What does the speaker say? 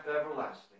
everlasting